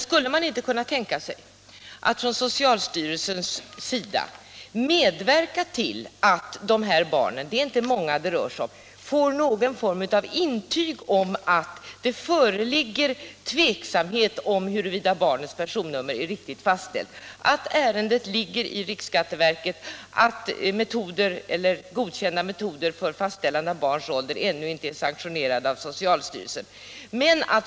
Skulle man inte kunna tänka sig att socialstyrelsen medverkar till att dessa barn får någon form av intyg om att det föreligger tveksamhet om huruvida barnets personnummer är riktigt fastställt, att ärendet ligger i riksskatteverket, att metoder för fastställande av barns ålder ännu inte är sanktionerade av socialstyrelsen?